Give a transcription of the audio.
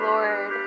Lord